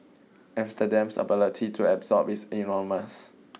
Amsterdam's ability to absorb is enormous